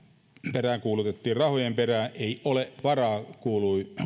peräänkuulutettiin rahojen perään ei ole varaa kuului